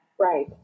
right